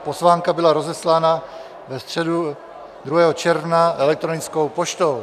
Pozvánka byla rozeslána ve středu 2. června elektronickou poštou.